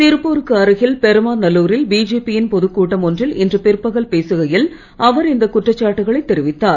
திருப்பூருக்கு அருகில் பெருமநல்லூரில் பிஜேபி யின் பொதுக்கூட்டம் ஒன்றில் இன்று பிற்பகல் பேசுகையில் அவர் இந்தக் குற்றச்சாட்டுகளைத் தெரிவித்தார்